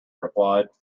replied